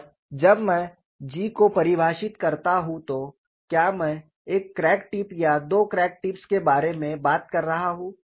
और जब मैं G को परिभाषित करता हूं तो क्या मैं एक क्रैक टिप या दो क्रैक टिप्स के बारे में बात कर रहा हूं